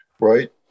right